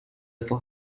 for